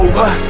Over